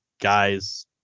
guys